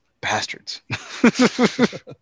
Bastards